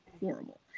horrible